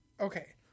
Okay